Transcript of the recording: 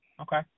Okay